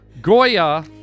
Goya